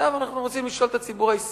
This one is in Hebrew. עכשיו, אנחנו רוצים לשאול את הציבור הישראלי,